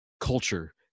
culture